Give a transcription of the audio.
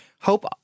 Hope